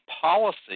policy